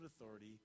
authority